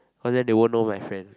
cause then they won't know my friend